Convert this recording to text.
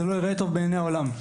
זה לא ייראה טוב בעיניי העולם.